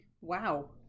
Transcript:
Wow